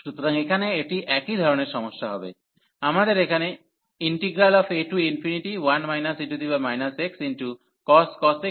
সুতরাং এখানে এটি একই ধরণের সমস্যা হবে আমাদের এখন a1 e xcos x x2dx আছে